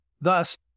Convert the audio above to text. Thus